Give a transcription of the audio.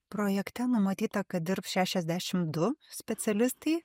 projekte numatyta kad dirbs šešiasdešimt du specialistai